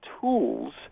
tools